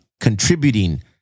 contributing